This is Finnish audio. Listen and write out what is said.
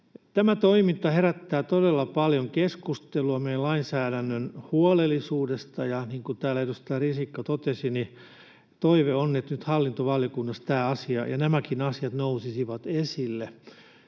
Tämä toiminta herättää todella paljon keskustelua meidän lainsäädännön huolellisuudesta, ja niin kuin täällä edustaja Risikko totesi, toive on, että nyt hallintovaliokunnassa tämä asia ja nämäkin asiat nousisivat esille.